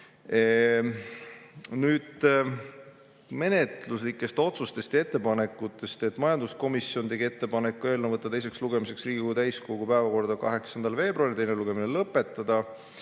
Nüüd menetluslikest otsustest ja ettepanekutest. Majanduskomisjon tegi ettepaneku võtta eelnõu teiseks lugemiseks Riigikogu täiskogu päevakorda 8. veebruaril ja teine lugemine lõpetada.